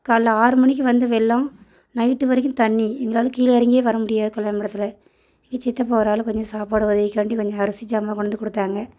காலையில ஆறு மணிக்கு வந்த வெள்ளம் நைட் வரைக்கும் தண்ணி எங்களால் கீழே இறங்கியே வர முடியாது கல்யாண மண்டபத்தில் எங்கள் சித்தப்பா அவரால் கொஞ்சம் சாப்பாடு உதவிக்காண்டி கொஞ்சம் அரிசி சாமான் கொண்டு வந்து கொடுத்தாங்க